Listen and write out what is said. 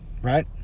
Right